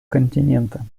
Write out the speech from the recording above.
континента